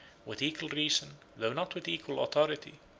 with equal reason, though not with equal authority,